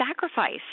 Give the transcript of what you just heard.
sacrifice